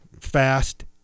fast